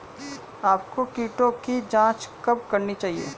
आपको कीटों की जांच कब करनी चाहिए?